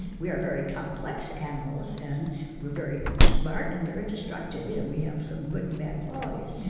we are very complex animals, and we're very smart and very destructive. you know we have some good and bad qualities.